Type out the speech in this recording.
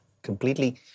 completely